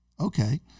okay